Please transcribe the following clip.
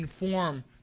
inform